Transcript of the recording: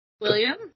William